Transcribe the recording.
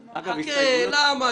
חכה, למה?